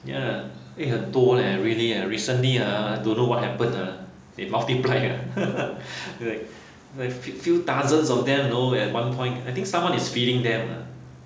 ya eh 很多 leh really ah recently ah don't know what happen ah they multiply ah like like fe~ few dozens of them you know we at one point I think someone is feeding them ah